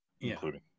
including